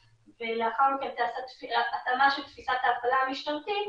ולאחר מכן תיעשה התאמה של תפיסת ההפעלה המשטרתית.